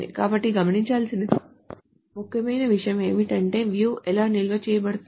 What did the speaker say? కాబట్టి గమనించాల్సిన ముఖ్యమైన విషయం ఏమిటంటే view ఎలా నిల్వ చేయబడుతుంది